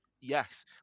yes